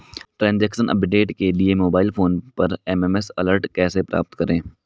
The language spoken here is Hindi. ट्रैन्ज़ैक्शन अपडेट के लिए मोबाइल फोन पर एस.एम.एस अलर्ट कैसे प्राप्त करें?